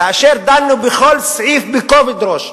כאשר דנו בכל סעיף בכובד ראש.